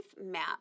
map